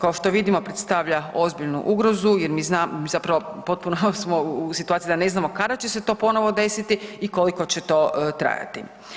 Kao što vidimo predstavlja ozbiljnu ugrozu jer mi znamo, zapravo potpuno smo u situaciji da ne znamo kada će se to ponovo desiti i koliko će to trajati.